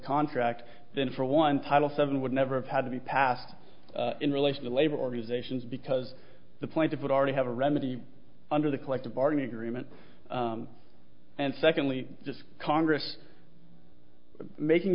contract then for one title seven would never have had to be passed in relation to labor organizations because the point that would already have a remedy under the collective bargaining agreement and secondly just congress making